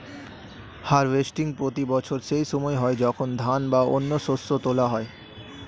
harvesting প্রতি বছর সেই সময় হয় যখন ধান বা অন্য শস্য তোলা হয়